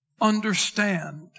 understand